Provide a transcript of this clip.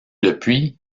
depuis